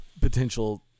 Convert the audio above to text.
potential